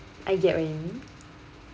I get what you mean